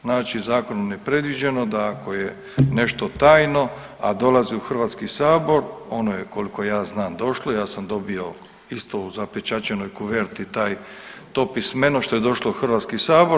Znači zakonom je predviđeno da ako je nešto tajno, a dolazi u Hrvatski sabor ono je koliko ja znam došlo, ja sam dobio isto u zapečaćenoj kuverti taj, to pismeno što je došlo u Hrvatski sabor.